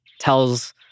tells